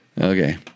okay